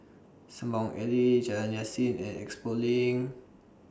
Sembawang Alley Jalan Yasin and Expo LINK